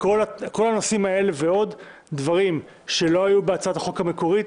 - כל הנושאים האלה ועוד לא היו בהצעת החוק המקורית,